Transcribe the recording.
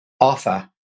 offer